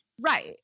Right